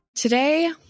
Today